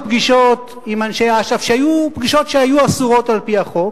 הפגישות עם אנשי אש"ף היו פגישות שהיו אסורות על-פי החוק,